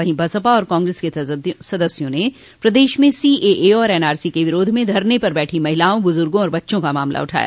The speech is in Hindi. वहीं बसपा और कांग्रेस के सदस्यों ने प्रदेश में सीएए और एआरसी के विरोध में धरने पर बैठी महिलाओं बुजुर्गो और बच्चों का मामला उठाया